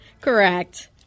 Correct